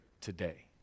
today